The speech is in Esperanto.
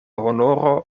honoro